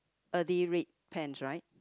earthy red pants right